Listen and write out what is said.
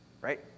right